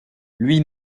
lui